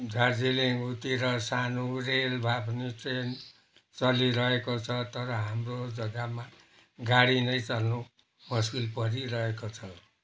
दार्जिलिङतिर सानो रेल भए पनि ट्रेन चलिरहेको छ तर हाम्रो जग्गामा गाडी नै चल्नु मुस्किल परिरहेको छ